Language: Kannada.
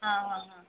ಹಾಂ ಹಾಂ ಹಾಂ